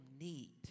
need